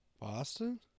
Boston